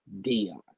Dion